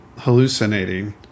hallucinating